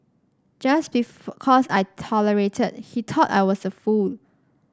just because I tolerated he thought I was a fool